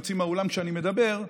יוצאים מהאולם כשאני מדבר,